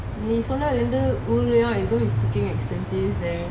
நீ சொன்ன ரெண்டு ஊரும்:nee sonna rendu uurum it's freaking expensive leh